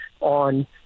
on